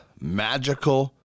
magical